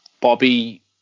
Bobby